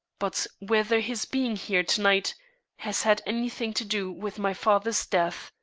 but whether his being here to-night has had any thing to do with my father's death.